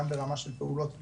גם ברמה של פעולות קונקרטיות.